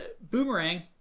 Boomerang